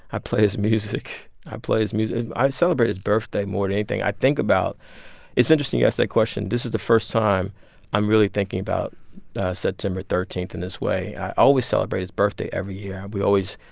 i play his music. i play his music, and i celebrate his birthday more than anything. i think about it's interesting you ask that question. this is the first time i'm really thinking about september thirteen in this way. i always celebrate his birthday every year. we always,